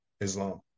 Islam